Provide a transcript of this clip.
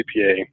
CPA